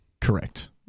Correct